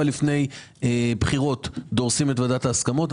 לפני הבחירות דורסים את ועדת ההסכמות.